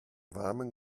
warmen